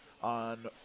on